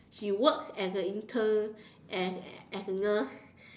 she works as a intern as as a nurse